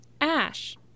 Ash